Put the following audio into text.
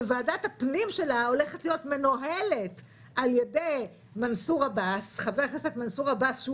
שוועדת הפנים שלה הולכת להיות מנוהלת על ידי חבר הכנסת מנסור עבאס,